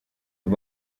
aba